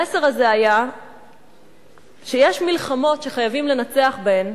המסר הזה היה שיש מלחמות שחייבים לנצח בהן,